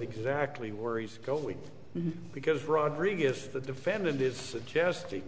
exactly worries go with because rodriguez the defendant is casting